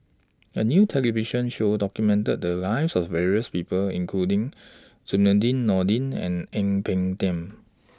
A New television Show documented The Lives of various People including Zainudin Nordin and Ang Peng Tiam